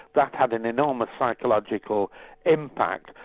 that had an enormous psychological impact.